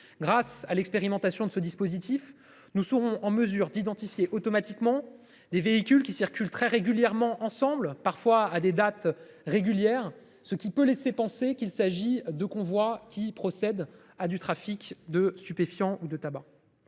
Grâce à l'expérimentation de ce dispositif, nous serons en mesure d'identifier automatiquement des véhicules qui circulent très régulièrement ensemble parfois à des dates régulières, ce qui peut laisser penser qu'il s'agit de convois qui procède à du trafic. De stupéfiants ou de tabac.